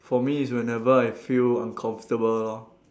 for me it's whenever I feel uncomfortable lor